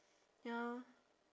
ya